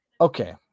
Okay